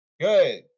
Good